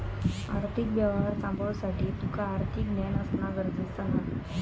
आर्थिक व्यवहार सांभाळुसाठी तुका आर्थिक ज्ञान असणा गरजेचा हा